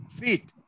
feet